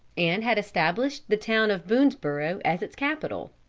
and had established the town of boonesborough as its capital.